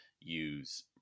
use